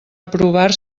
aprovar